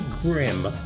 grim